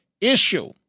issue